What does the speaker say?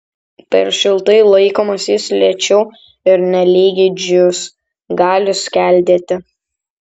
per šiltai laikomas jis lėčiau ir nelygiai džius gali skeldėti